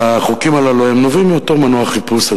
החוקים הללו נובעים מאותו מנוע חיפוש,